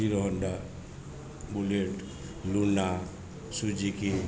hero Honda Bullet Luna Suzuki